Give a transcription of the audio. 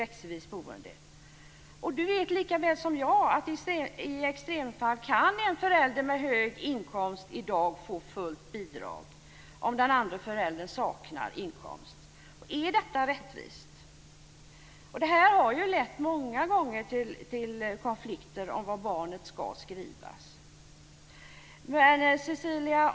Cecilia Magnusson vet likaväl som jag att i extremfall kan en förälder med hög inkomst få fullt bidrag i dag om den andra föräldern saknar inkomst. Är det rättvist? Detta har många gånger lett till konflikter om var barnet ska skrivas.